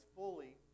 fully